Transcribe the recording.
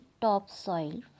topsoil